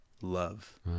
love